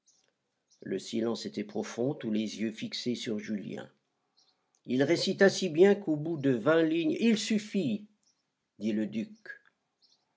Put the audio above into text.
le silence était profond tous les yeux fixés sur julien il récita si bien qu'au bout de vingt lignes il suffit dit le duc